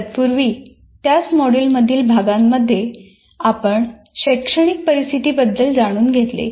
तत्पूर्वी त्याच मॉड्यूलमधील भागांमध्ये आपण शैक्षणिक परिस्थितीबद्दल जाणून घेतले